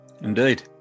Indeed